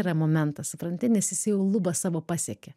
yra momentas supranti nes jis jau lubas savo pasiekė